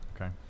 Okay